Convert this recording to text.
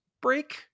break